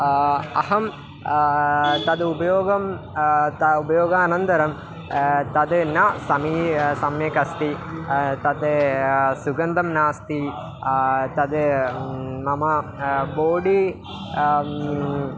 अहं तत् उपयोगं तत् उपयोगानन्तरं तत् न समी सम्यक् अस्ति तत् सुगन्धं नास्ति तत् मम बोडि